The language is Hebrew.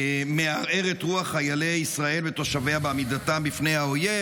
מערער את רוח חיילי ישראל ותושביה בעמידתם בפני האויב"